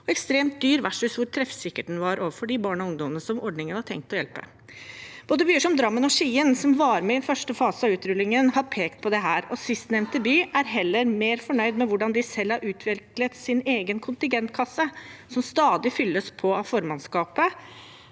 og ekstremt dyr versus hvor treffsikker den var overfor de barna og ungdommene som ordningen var tenkt å hjelpe. Både byer som Drammen og Skien, som var med i første fase av utrullingen, har pekt på dette, og sistnevnte by er heller mer fornøyd med hvordan de selv har utviklet sin egen kontingentkasse, som stadig fylles på av formannskapet